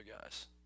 guys